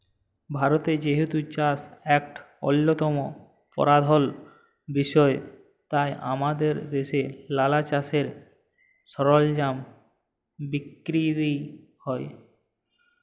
ভারতে যেহেতু চাষ ইকট অল্যতম পরধাল বিষয় তাই আমাদের দ্যাশে লালা চাষের সরলজাম বিক্কিরি হ্যয়